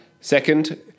Second